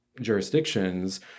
jurisdictions